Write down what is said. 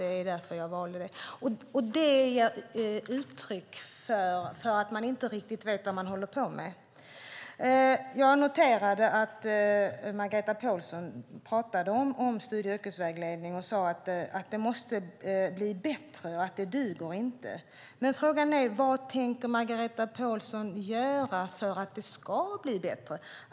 Det är ett uttryck för att man inte riktigt vet vad man håller på med. Jag noterade att Margareta Pålsson talade om studie och yrkesvägledning och sade att den måste bli bättre och att det inte duger som det är nu. Frågan är vad Margareta Pålsson tänker göra för att den ska bli bättre.